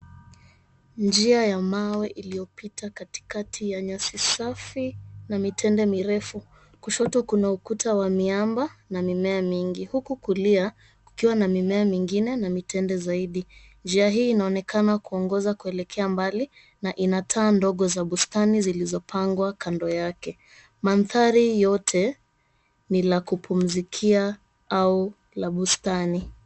Njia ya mawe iliyopita katikati ya nyasi safi na mitende mirefu, kushoto kuna ukuta miamba na mimea mingi huku kulia kukiwa na mimea mingine na mitende zaidi. Njia hii inaonekana kuongoza kuelekea mbali na taa ndogo za bustani zilizopangwa kando yake. Maandhari yote ni la kupumzikia au la bustani.